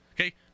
Okay